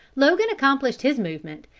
logan accomplished his movement,